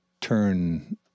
turn